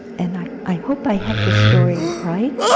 and i i hope i have the story right,